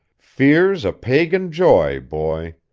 fear's a pagan joy, boy.